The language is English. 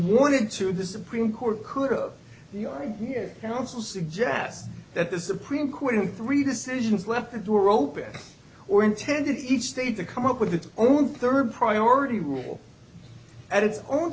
wanted to the supreme court could of the i hear counsel suggest that the supreme court in three decisions left the door open or intended each state to come up with its own third priority rule at its